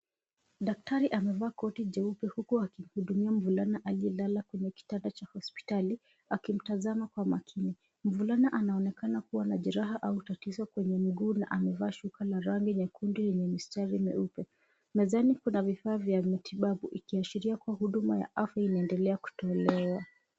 Daktari amevaa koti jeupe huku akihudumia mvulana aliyelala kwenye kitanda cha hospitali akimtazama kwa makini. Mvulana anaonekana kuwa na jeraha au tatizo kwenye mguu na amevaa shuka la rangi nyekundu yenye mistari meupe. Mezani kuna vifaa vya matibabu ikiashiria kuwa huduma ya afya inaendelea kutolewa.